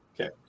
Okay